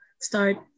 start